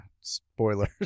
spoilers